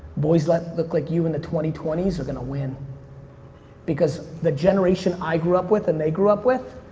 boys that look like you in the twenty twenty s are gonna win because the generation i grew up with, and they grew up with,